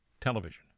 television